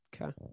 Okay